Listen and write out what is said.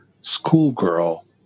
schoolgirl